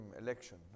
election